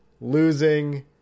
losing